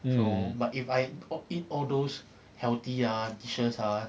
so but if I eat all those healthy ah dishes ah